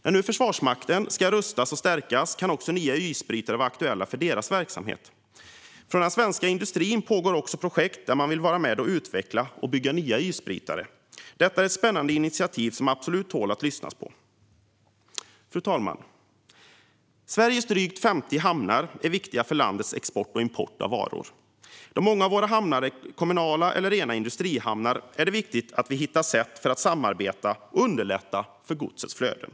När Försvarsmakten nu ska rustas och stärkas kan nya isbrytare vara aktuella för deras verksamhet. I den svenska industrin pågår projekt där man vill vara med och utveckla och bygga nya isbrytare. Det är ett spännande initiativ som absolut tål att lyssnas på. Fru talman! Sveriges drygt 50 hamnar är viktiga för landets export och import av varor. Många av våra hamnar är kommunala eller rena industrihamnar. Det är därför viktigt att vi hittar sätt att samarbeta för att underlätta godsets flöden.